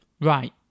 Right